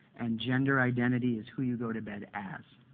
and gender identity is who you go to bed as.